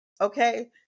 Okay